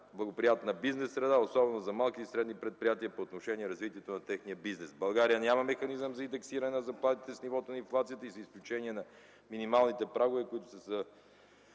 благоприятна бизнес среда, особено за малките и средни предприятия по отношение развитието на техния бизнес. В България няма механизъм за индексиране на заплатите с нивото на инфлацията с изключение на минималните прагове, които се